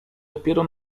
dopiero